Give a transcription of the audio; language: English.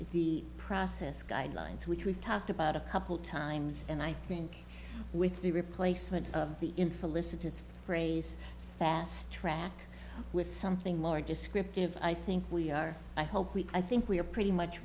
the process guidelines which we've talked about a couple times and i think with the replacement of the infelicitous phrase fast track with something more descriptive i think we are i hope we i think we are pretty much